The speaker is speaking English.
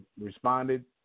responded